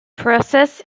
process